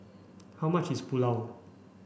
how much is Pulao